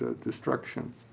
destruction